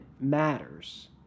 matters